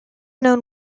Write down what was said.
known